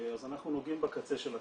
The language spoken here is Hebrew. אז אנחנו נוגעים בקצה של הקצה,